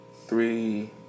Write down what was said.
three